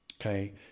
Okay